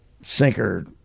sinker